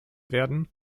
werden